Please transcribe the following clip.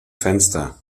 fenster